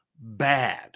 bad